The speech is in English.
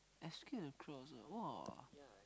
escape the crowds ah !wah!